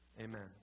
Amen